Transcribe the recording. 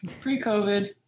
Pre-COVID